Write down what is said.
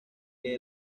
que